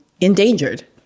endangered